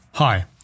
Hi